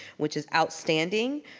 which is outstanding.